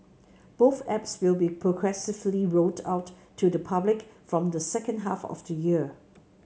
both apps will be progressively rolled out to the public from the second half of the year